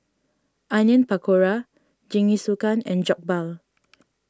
Onion Pakora Jingisukan and Jokbal